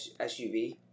SUV